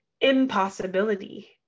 impossibility